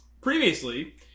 Previously